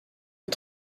est